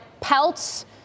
Pelts